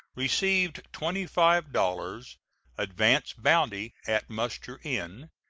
received twenty five dollars advance bounty at muster-in,